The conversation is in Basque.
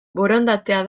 borondatea